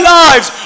lives